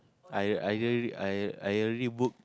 I I already I I already book